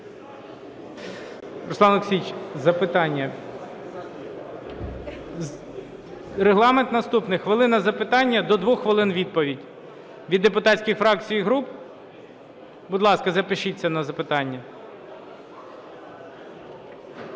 Руслане Олексійовичу, запитання. Регламент наступний: хвилина – запитання, до 2 хвилин – відповідь. Від депутатських фракцій і груп, будь ласка, запишіться на запитання.